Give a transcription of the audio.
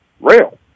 rail